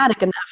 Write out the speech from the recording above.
enough